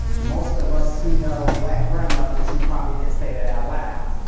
most of us who know black grandmothers, she probably didn't say that out loud.